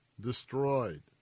destroyed